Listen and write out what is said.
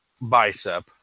bicep